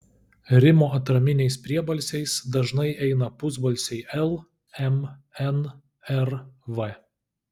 rimo atraminiais priebalsiais dažnai eina pusbalsiai l m n r v